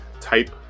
type